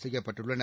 செய்யப்பட்டுள்ளன